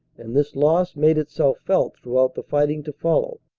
and this loss made itself felt throughout the fighting to follow.